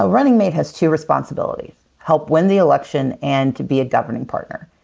ah running mate has two responsibilities help win the election and to be a governing partner.